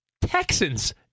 Texans